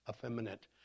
effeminate